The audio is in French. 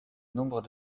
nombre